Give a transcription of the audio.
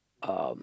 um